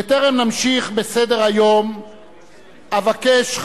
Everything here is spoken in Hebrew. בטרם נמשיך בסדר-היום אבקש,